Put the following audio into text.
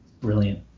Brilliant